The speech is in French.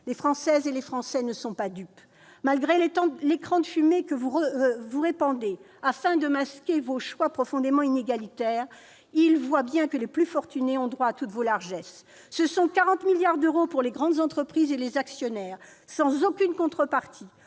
Les Françaises et les Français ne sont pas dupes. Malgré l'écran de fumée que vous répandez afin de masquer vos choix profondément inégalitaires, ils voient bien que les plus fortunés ont droit à toutes vos largesses. Vos largesses, ce sont 40 milliards d'euros pour les grandes entreprises et les actionnaires, sans aucune contrepartie,